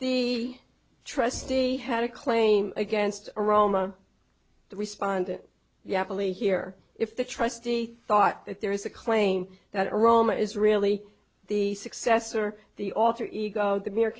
the trustee had a claim against aroma the respondent you happily hear if the trustee thought that there is a claim that aroma is really the success or the alter ego the mere